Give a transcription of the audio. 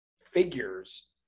figures